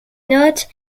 notes